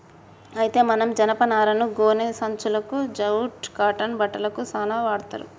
అయితే మనం జనపనారను గోనే సంచులకు జూట్ కాటన్ బట్టలకు సాన వాడ్తర్